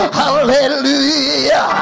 hallelujah